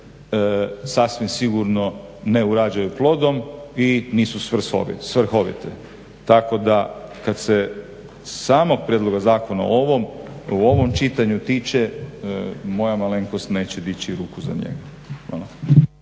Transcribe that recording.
sasvim sigurno ne urađaju plodom i nisu svrhovite. Tako da kad se samog prijedloga zakona u ovom čitanju tiče moja malenkost neće dići ruku za njega.